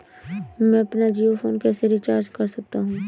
मैं अपना जियो फोन कैसे रिचार्ज कर सकता हूँ?